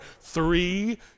three